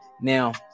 Now